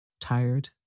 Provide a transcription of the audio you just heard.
tired